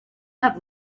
have